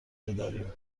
بداریم